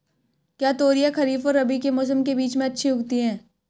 क्या तोरियां खरीफ और रबी के मौसम के बीच में अच्छी उगती हैं?